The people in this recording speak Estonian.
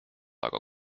aga